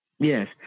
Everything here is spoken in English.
Yes